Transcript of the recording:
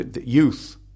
youth